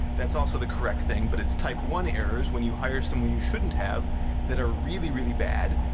that's also the correct thing, but it's type one errors when you hire someone you shouldn't have that a really really bad,